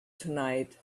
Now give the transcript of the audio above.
tonight